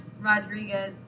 rodriguez